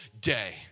day